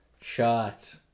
shot